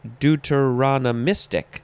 deuteronomistic